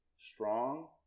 Strong